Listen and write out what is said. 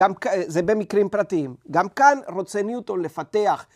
גם, זה במקרים פרטיים, גם כאן רוצה ניוטון לפתח.